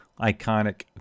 iconic